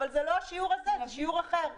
אבל זה לא השיעור הזה, זה שיעור אחר.